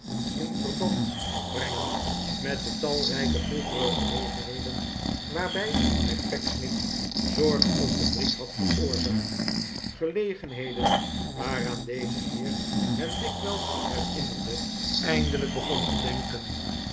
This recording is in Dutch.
in verband brengend met de talrijke vroegere gelegenheden waarbij hij pecksniff zorg of verdriet had veroorzaakt gelegenheden waaraan deze heer hem dikwijls herinnerde eindelijk begon te denken